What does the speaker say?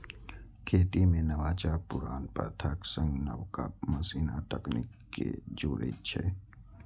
खेती मे नवाचार पुरान प्रथाक संग नबका मशीन आ तकनीक कें जोड़ै छै